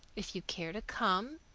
if you care to come,